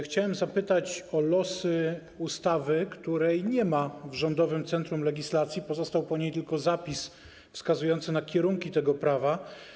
Chciałem zapytać o losy ustawy, której nie ma w Rządowym Centrum Legislacji, pozostał po niej tylko zapis wskazujący na kierunki tego prawa.